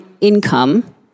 income